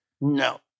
No